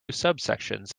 subsections